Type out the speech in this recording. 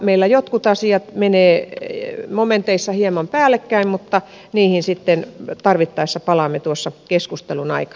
meillä jotkut asiat menevät momenteissa hieman päällekkäin mutta niihin tarvittaessa palaamme tuossa keskustelun aik